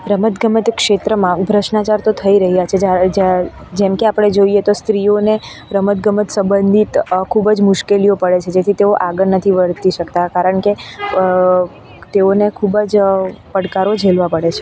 રમતગમત ક્ષેત્રમાં ભ્રષ્ટાચાર તો થઈ રહ્યાં છે જ્યારે જા જેમકે આપણે જોઈએ તો સ્ત્રીઓને રમતગમત સંબંધિત ખૂબ જ મુશ્કેલીઓ પડે છે જેથી તેઓ આગળ નથી વધી શકતી કારણકે તેઓને ખૂબ જ પડકારો ઝીલવા પડે છે